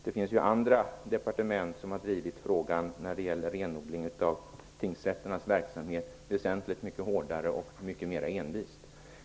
Det finns ju andra departement som har drivit frågan om renodling av tingsrätternas verksamhet väsentligt hårdare och mycket mera envist.